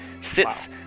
sits